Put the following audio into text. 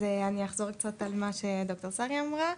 אז אני אחזור קצת על מה שד"ר שרי אמרה.